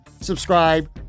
Subscribe